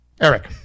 Eric